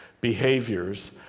behaviors